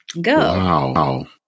go